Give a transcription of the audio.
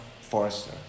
Forrester